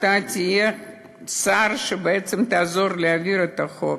שאתה תהיה השר שבעצם יעזור להעביר את החוק.